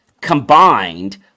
combined